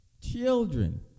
Children